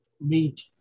meet